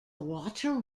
water